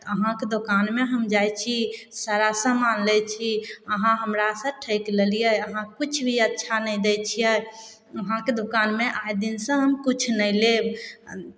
अहाँके दोकानमे हम जाइ छी सारा सामान लै छी अहाँ हमरासँ ठकि लेलियै अहाँ किछु भी अच्छा नहि दै छियै अहाँके दोकानमे आइ दिनसँ हम किछु नहि लेब